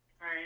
Right